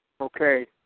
Okay